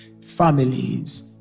families